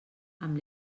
amb